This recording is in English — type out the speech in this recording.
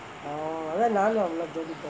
oh அதான் நானும் அவ்ளோ:athaan naanum avlo